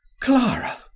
Clara